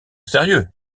sérieux